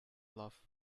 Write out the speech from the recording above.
love